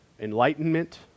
Enlightenment